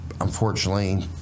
unfortunately